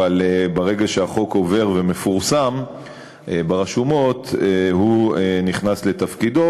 ברגע שהחוק עובר ומפורסם ברשומות הוא נכנס לתפקידו,